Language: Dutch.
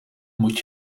moet